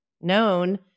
known